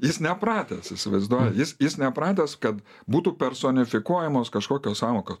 jis nepratęs įsivaizduoji jis jis nepratęs kad būtų personifikuojamos kažkokios sąvokos